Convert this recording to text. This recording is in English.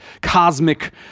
cosmic